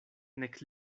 nek